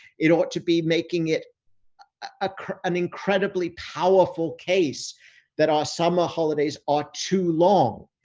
it ought to be making it ah an incredibly powerful case that our summer holidays are too long.